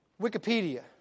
Wikipedia